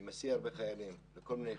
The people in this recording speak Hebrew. אני מסיע הרבה חיילים מכל מיני יחידות.